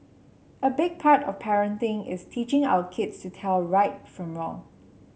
a big part of parenting is teaching our kids to tell right from wrong